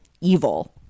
evil